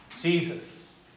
Jesus